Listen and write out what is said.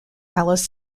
alice